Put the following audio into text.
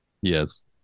Yes